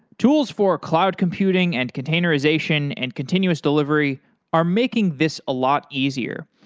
tools for cloud computing and containerization and continuous delivery are making this a lot easier,